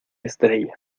estrella